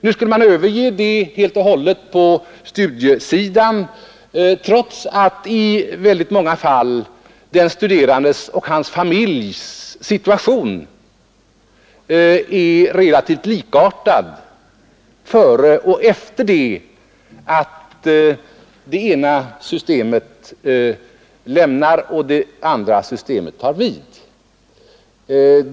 Nu skulle man överge detta helt och hållet på studiesidan, trots att i många fall den studerandes och hans familjs situation är relativt likartad före och efter övergången från det ena systemet till det andra.